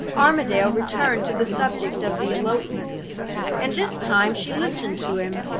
armadale returned to the subject of the elopement and this time she listened to him.